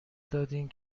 دادین